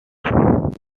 support